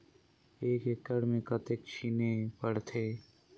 एक एकड़ मे कतेक छीचे पड़थे?